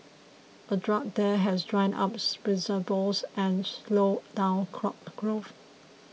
a drought there has dried up reservoirs and slowed down crop growth